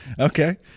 Okay